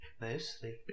Mostly